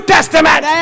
Testament